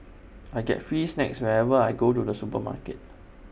I get free snacks whenever I go to the supermarket